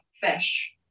fish